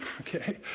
okay